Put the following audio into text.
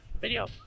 video